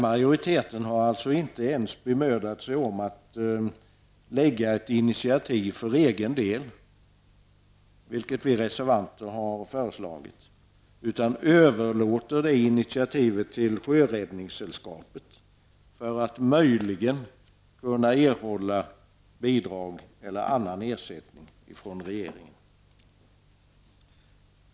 Majoriteten har alltså inte ens bemödat sig om att själv ta något initiativ, vilket vi reservanter har föreslagit. I stället överlåter man iniativtagandet till Sjöräddningssällskapet som därmed möjligen kan få bidrag eller annan ersättning från regeringen.